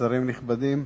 שרים נכבדים,